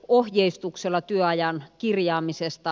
uohjeistuksella työajan kirjaamisesta